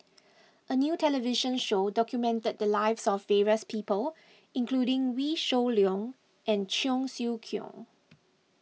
a new television show documented the lives of various people including Wee Shoo Leong and Cheong Siew Keong